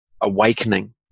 awakening